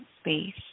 space